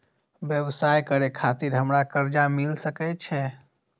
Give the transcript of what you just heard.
व्यवसाय करे खातिर हमरा कर्जा मिल सके छे?